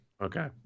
Okay